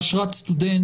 הוא באשרת סטודנט,